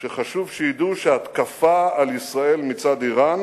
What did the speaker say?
"חשוב שידעו שהתקפה על ישראל מצד אירן